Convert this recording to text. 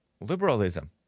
liberalism